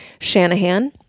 Shanahan